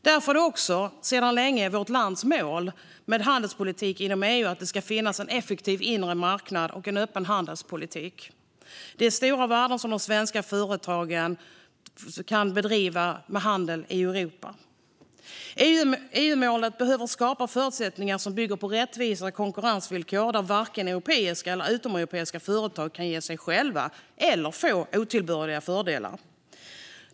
Därför är sedan länge vårt lands mål med handelspolitiken inom EU att det ska finnas en effektiv inre marknad och en öppen handelspolitik. Handeln i Europa handlar om stora värden för de svenska företagen. EU-målet behöver skapa förutsättningar som bygger på rättvisa konkurrensvillkor där varken europeiska eller utomeuropeiska företag kan ge sig själva eller få otillbörliga fördelar.